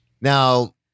Now